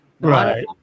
Right